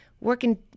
working